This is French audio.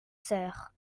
soeurs